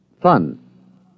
Fun